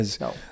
No